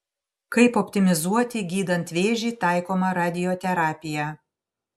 kaip optimizuoti gydant vėžį taikomą radioterapiją